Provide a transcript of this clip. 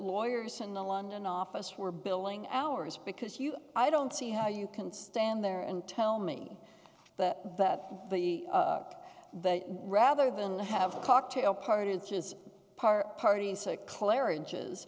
lawyers in the london office were billing hours because you i don't see how you can stand there and tell me that that the the rather than have cocktail parties is par party so claire inches